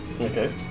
okay